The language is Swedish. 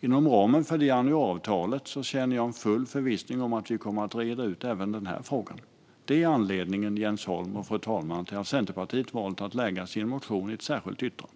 Inom ramen för detta avtal känner jag full förvissning om att vi kommer att reda ut även den här frågan. Det är anledningen, fru talman och Jens Holm, till att Centerpartiet har valt att lägga sin motion i ett särskilt yttrande.